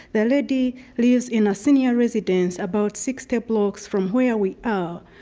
the lady lives in a senior residence about sixty blocks from where we are,